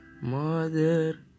Mother